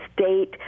state